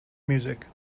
music